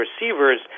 receivers